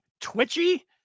twitchy